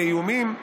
לאיומים.